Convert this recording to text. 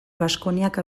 baskoniak